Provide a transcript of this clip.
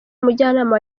umujyanama